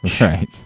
right